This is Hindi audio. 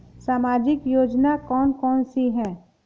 सामाजिक योजना कौन कौन सी हैं?